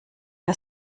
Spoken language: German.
der